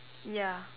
ya